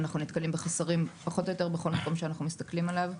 אנחנו נתקלים בחסרים פחות או יותר בכל מקום שאנחנו מסתכלים עליו.